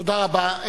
תודה רבה.